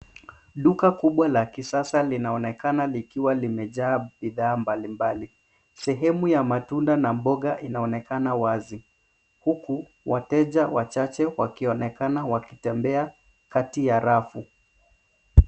Duka kubwa la kisasa linaonekana likiwa limejaa bidhaa mbalimbali. Sehemu ya matunda na mboga inaonekana wazi, huku wateja wachache wakionekana wakitembea kati ya rafu.